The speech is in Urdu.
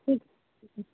ٹھیک